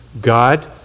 God